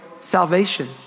salvation